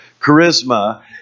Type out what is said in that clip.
Charisma